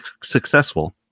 successful